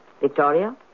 Victoria